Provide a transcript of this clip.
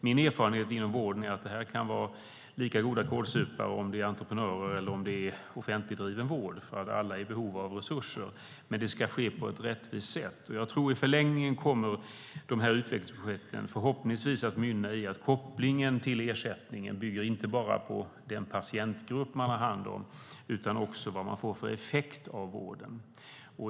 Min erfarenhet inom vården är att det kan vara lika goda kålsupare oavsett om det är entreprenörer eller om det är offentligdriven vård. Alla är i behov av resurser. Men det ska ske på ett rättvist sätt. I förlängningen kommer de här utvecklingsprojekten förhoppningsvis att mynna ut i att kopplingen till ersättningen inte bara bygger på den patientgrupp man har hand om utan också på vad man får för effekt av vården.